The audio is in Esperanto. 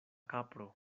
kapro